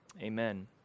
Amen